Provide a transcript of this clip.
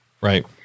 Right